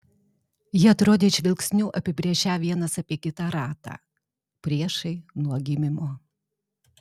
jie atrodė žvilgsniu apibrėžią vienas apie kitą ratą priešai nuo gimimo